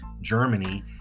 Germany